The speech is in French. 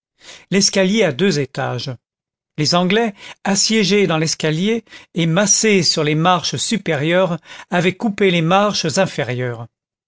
l'escalier a deux étages les anglais assiégés dans l'escalier et massés sur les marches supérieures avaient coupé les marches inférieures